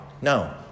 No